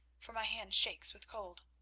for my hand shakes with cold.